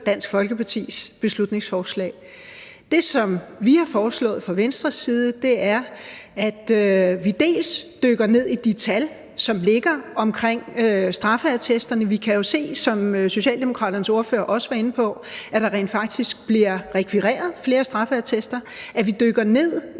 Dansk Folkepartis beslutningsforslag. Det, som vi har foreslået fra Venstres side, er, at vi dykker ned i de tal, som ligger omkring straffeattesterne – vi kan jo se, som Socialdemokraternes ordfører også var inde på, at der rent faktisk bliver rekvireret flere straffeattester – så vi altså dykker ned i,